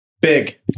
Big